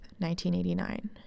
1989